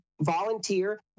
volunteer